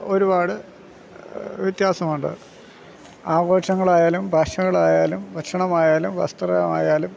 ഒരുപാട് വ്യത്യാസമുണ്ട് ആഘോഷങ്ങളായാലും ഭാഷകളായാലും ഭക്ഷണമായാലും വസ്ത്രമായാലും